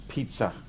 Pizza